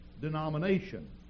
denomination